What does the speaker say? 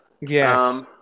Yes